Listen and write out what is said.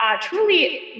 truly